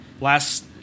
last